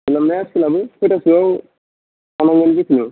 सोलाबनाया सोलाबो कयटासोआव थांनांगौ जिखुनु